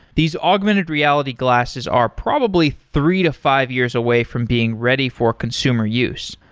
these augmented reality glasses are probably three to five years away from being ready for consumer use,